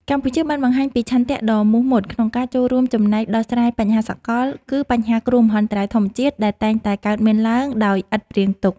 កម្ពុជាបានបង្ហាញពីឆន្ទៈដ៏មោះមុតក្នុងការចូលរួមចំណែកដោះស្រាយបញ្ហាសកល គឺបញ្ហាគ្រោះមហន្តរាយធម្មជាតិដែលតែងតែកើតមានឡើងដោយឥតព្រៀងទុក។